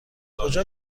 کجا